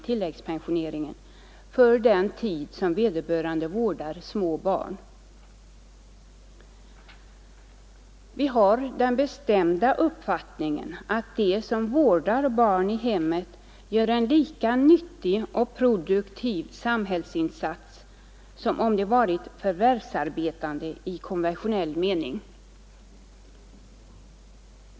12 april 1972 Vi har den bestämda uppfattningen att de som vårdar barn i hemmet gör en lika nyttig och produktiv samhällsinsats som om de varit Rätt till allmän till förvärvarbetande i konventionell mening.